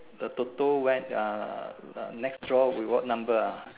the TOTO when uh next draw will be what number ah